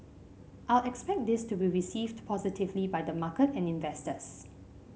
I'll expect this to be received positively by the market and investors